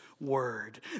word